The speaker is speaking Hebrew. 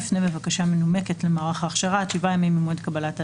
יפנה בבקשה מנומקת למערך ההכשרה עד 7 ימים ממועד קבלת ההזמנה,